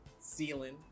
ceiling